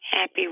Happy